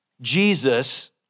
Jesus